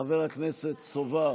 חבר הכנסת סובה,